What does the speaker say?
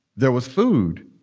there was food,